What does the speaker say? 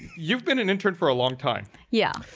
you've been an intern for a long time. yeah,